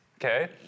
Okay